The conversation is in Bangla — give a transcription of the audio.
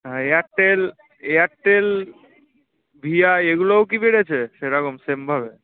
হ্যাঁ এয়ারটেল এয়ারটেল ভিআই এইগুলোও কি বেড়েছে সেরকম সেমভাবে